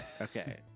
Okay